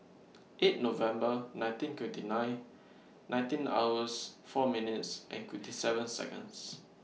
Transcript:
eight November nineteen twenty nine nineteen hours four minutes and twenty seven Seconds